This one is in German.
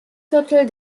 viertel